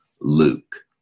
Luke